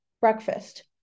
breakfast